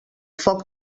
foc